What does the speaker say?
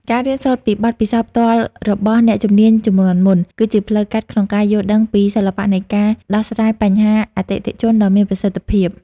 ការរៀនសូត្រពីបទពិសោធន៍ផ្ទាល់របស់អ្នកជំនាញជំនាន់មុន គឺជាផ្លូវកាត់ក្នុងការយល់ដឹងពីសិល្បៈនៃការដោះស្រាយបញ្ហាអតិថិជនដ៏មានប្រសិទ្ធភាព។